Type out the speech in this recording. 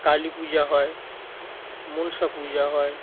কালী পূজা হয় মনসা পূজা হয়